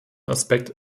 aspekt